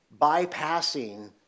bypassing